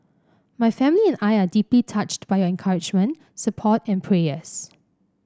my family and I are deeply touched by your encouragement support and prayers